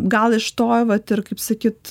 gal iš to vat ir kaip sakyt